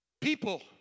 People